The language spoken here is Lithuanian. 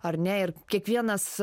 ar ne ir kiekvienas